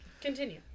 Continue